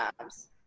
jobs